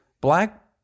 black